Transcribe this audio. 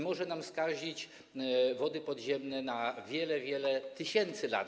Może to nam skazić wody podziemne na wiele, wiele tysięcy lat.